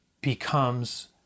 becomes